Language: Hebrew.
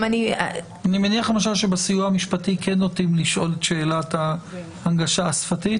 אני מניח שבסיוע המשפטי כן נוטים לשאול את שאלת ההנגשה השפתית.